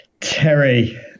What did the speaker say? Terry